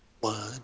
One